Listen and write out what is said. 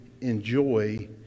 enjoy